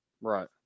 right